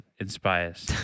inspires